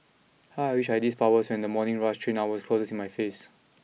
how I wish I had these powers when the morning rush hour train closes in my face